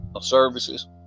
services